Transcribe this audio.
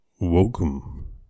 Welcome